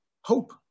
hope